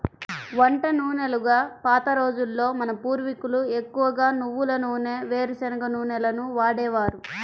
వంట నూనెలుగా పాత రోజుల్లో మన పూర్వీకులు ఎక్కువగా నువ్వుల నూనె, వేరుశనగ నూనెలనే వాడేవారు